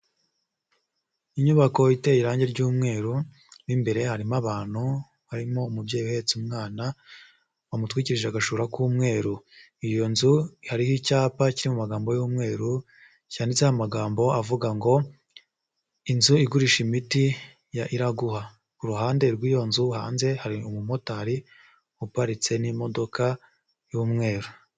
Inyubako iteye irangi ry'umweru, mo imbere harimo abantu, harimo umubyeyi uhetse umwana, wamutwirikije agashura k'umweru. Iyo nzu hariho icyapa kiri mu magambo y'umweru cyanditseho amagambo avuga ngo "inzu igurisha imiti ya Iraguha." Ku ruhande rw'iyo nzu hanze hari umumotari uparitse n'imodoka y'umweru.